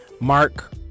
Mark